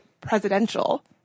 presidential